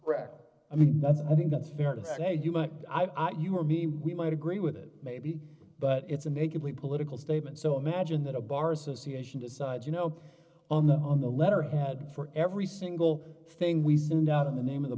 mean i think that's fair to say you might i you or me we might agree with it maybe but it's a nakedly political statement so imagine that a bar association decides you know on the on the letterhead for every single thing we send out in the name of the